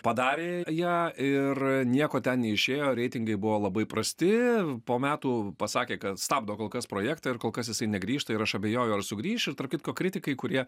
padarė ją ir nieko ten neišėjo reitingai buvo labai prasti po metų pasakė kad stabdo kol kas projektą ir kol kas jisai negrįžta ir aš abejoju ar sugrįš ir tarp kitko kritikai kurie